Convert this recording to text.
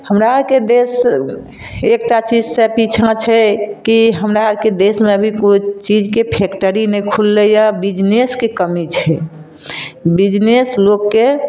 हमरा आरके देश एकटा चीजसँ पीछाँ छै कि हमरा आरके देशमे अभी कोइ चीजके फैक्टरी नहि खुललैए बिजनेसके कमी छै बिजनेस लोगकेँ